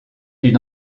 d’une